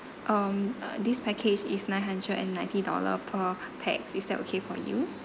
um uh this package is nine hundred and ninety dollar per pax is that okay for you